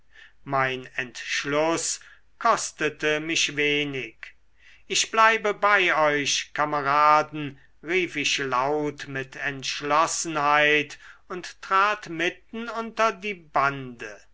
mein entschluß kostete mich wenig ich bleibe bei euch kameraden rief ich laut mit entschlossenheit und trat mitten unter die bande